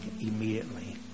immediately